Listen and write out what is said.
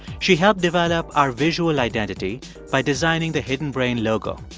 she helped divide up our visual identity by designing the hidden brain logo.